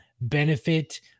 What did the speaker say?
benefit